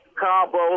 combo